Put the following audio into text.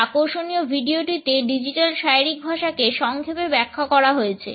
এই আকর্ষণীয় ভিডিওটিতে ডিজিটাল শারীরিক ভাষাকে সংক্ষেপে ব্যাখ্যা করা হয়েছে